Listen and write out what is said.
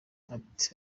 ati